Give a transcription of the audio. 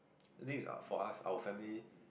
I think its for us our family